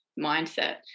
mindset